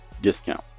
discount